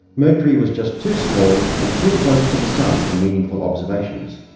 mercury was just too small and too close to the sun for meaningful observations.